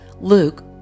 Luke